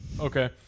okay